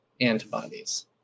antibodies